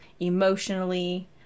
emotionally